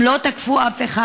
הם לא תקפו אף אחד.